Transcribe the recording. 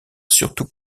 surtout